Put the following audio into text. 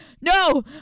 No